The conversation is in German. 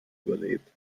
überlebt